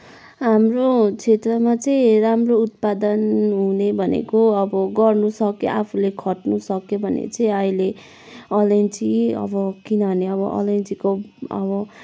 हाम्रो क्षेत्रमा चाहिँ राम्रो उत्पादन हुने भनेको अब गर्नु सक्यो आफूले खट्नु सक्यो भने चाहिँ अहिले अलैँची अब किनभने अब अलैँचीको अब